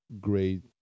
great